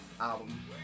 album